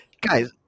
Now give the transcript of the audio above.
Guys